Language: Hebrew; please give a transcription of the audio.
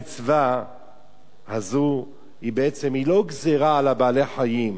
המצווה הזאת היא בעצם לא גזירה על בעלי-החיים,